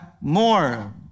more